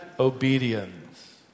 obedience